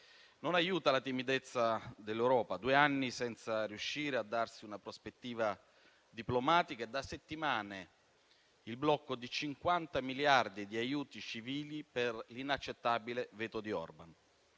Non aiuta la timidezza dell'Europa: da due anni va avanti senza riuscire a darsi una prospettiva diplomatica e da settimane vi è il blocco di 50 miliardi di aiuti civili per l'inaccettabile veto di Orban.